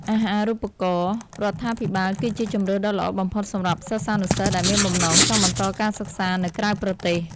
អាហារូបករណ៍រដ្ឋាភិបាលគឺជាជម្រើសដ៏ល្អបំផុតសម្រាប់សិស្សានុសិស្សដែលមានបំណងចង់បន្តការសិក្សានៅក្រៅប្រទេស។